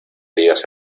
digas